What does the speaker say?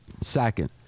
second